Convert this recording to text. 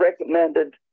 recommended